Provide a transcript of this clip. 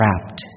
trapped